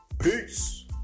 Peace